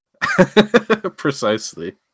Precisely